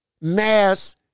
mass